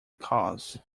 cause